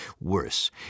Worse